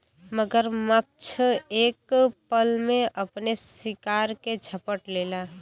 मगरमच्छ एक पल में अपने शिकार के झपट लेला